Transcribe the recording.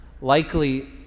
likely